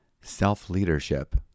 Self-leadership